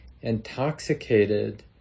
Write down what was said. intoxicated